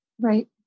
Right